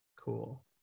cool